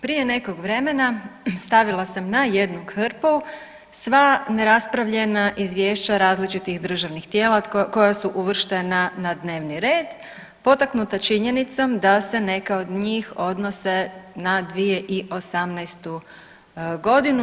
Prije nekog vremena stavila sam na jednu hrpu sva neraspravljena izvješća različitih državnih tijela koja su uvrštena na dnevni red potaknuta činjenicom da se neka od njih odnose na 2018. godinu.